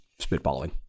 spitballing